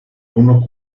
unos